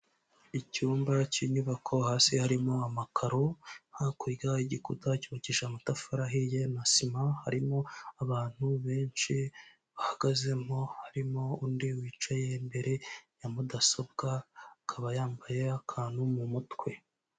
Icyumba cy'inyubako hasi harimo amakaro hakurya igikuta cyubakishije amatafari ahiye na sima, harimo abantu benshi bahagazemo harimo undi wicaye imbere ya mudasobwa akaba yambaye akantu mu mutwe.